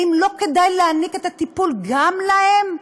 האם לא כדאי לתת את הטיפול גם להם?